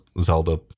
Zelda